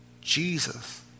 Jesus